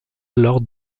l’ordre